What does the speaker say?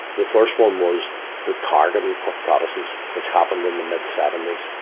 the first one was the targeting of protestants, which happened in the mid seventy s.